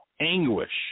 anguish